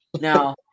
Now